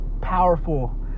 powerful